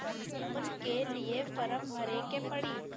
Loan के लिए form भरे के पड़ी?